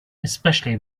especially